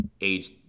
age